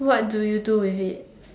what do you do with it